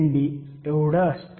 1 Nd असतं